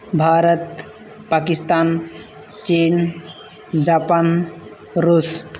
ᱵᱷᱟᱨᱚᱛ ᱯᱟᱠᱤᱥᱛᱟᱱ ᱪᱤᱱ ᱡᱟᱯᱟᱱ ᱨᱩᱥ